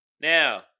Now